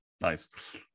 Nice